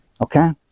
okay